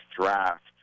draft